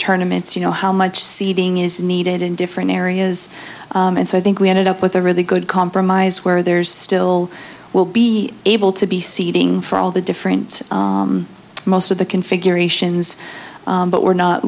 tournaments you know how much seating is needed in different areas and so i think we ended up with a really good compromise where there's still will be able to be seeding for all the different most of the configurations but we're not